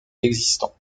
existantes